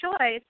choice